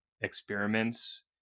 experiments